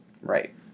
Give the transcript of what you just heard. Right